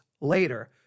later